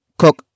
cook